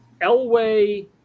Elway